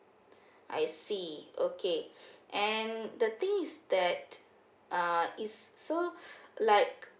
I see okay and the thing is that uh is so like